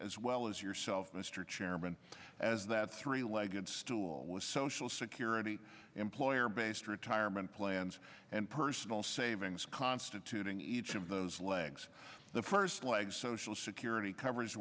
as well as yourself mr chairman as that three legged stool was social security employer based retirement plans and personal savings constituting each of those legs the first leg social security cover